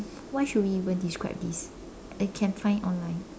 why should we even describe this I can find online